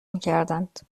میکردند